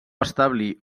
establir